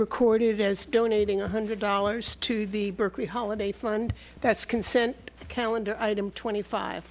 recorded as donating one hundred dollars to the berkeley holiday fund that's consent calendar twenty five